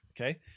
Okay